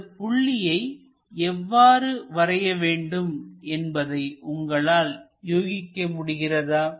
இந்தப் புள்ளியை எவ்வாறு வரைய வேண்டும் என்பதை உங்களால் யூகிக்க முடிகிறதா